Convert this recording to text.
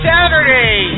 Saturday